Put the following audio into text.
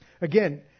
Again